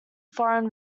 foreign